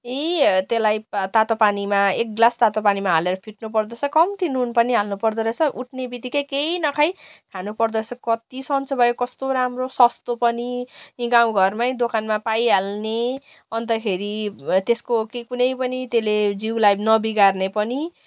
यी त्यसलाई तातो पानीमा एक ग्लास तातो पानीमा हालेर फिट्नु पर्दो रहेछ कम्ती नुन पनि हाल्नु पर्दो रहेछ उठ्ने बित्तिकै केही नखाई खानु पर्दो रहेछ कति सन्चो भयो कस्तो राम्रो सस्तो पनि गाउँ घरमै दोकानमा पाइहाल्ने अन्तखेरि त्यसको के कुनै पनि त्यसको जिउलाई नबिगार्ने पनि